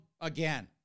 again